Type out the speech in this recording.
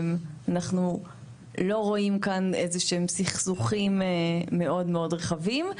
אנחנו לא רואים כאן איזה שהם סכסוכים מאוד רחבים.